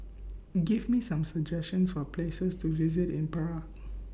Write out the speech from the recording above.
Give Me Some suggestions For Places to visit in Prague